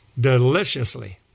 deliciously